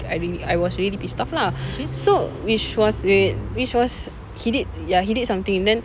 I really I was really pissed off lah so which was wait wait which was he did ya he did something then